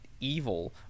evil